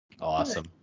Awesome